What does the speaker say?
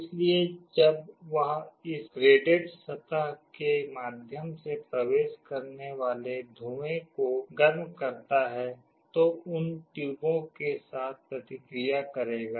इसलिए जब वह इस ग्रेडेड सतह के माध्यम से प्रवेश करने वाले धुएं को गर्म करता है तो उन ट्यूबों के साथ प्रतिक्रिया करेगा